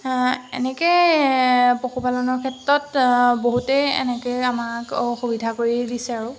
এনেকৈ পশুপালনৰ ক্ষেত্ৰত বহুতেই এনেকৈ আমাক সুবিধা কৰি দিছে আৰু